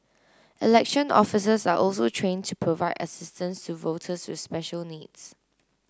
election officers are also trained to provide assistance to voters with special needs